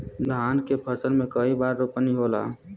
धान के फसल मे कई बार रोपनी होला?